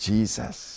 Jesus